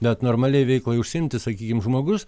bet normaliai veiklai užsiimti sakykim žmogus